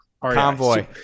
Convoy